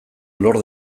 lor